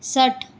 षट्